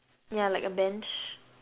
yeah like a bench